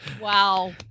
Wow